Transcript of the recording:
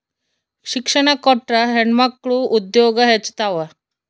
ಶಿಕ್ಷಣ ಕೊಟ್ರ ಹೆಣ್ಮಕ್ಳು ಉದ್ಯೋಗ ಹೆಚ್ಚುತಾವ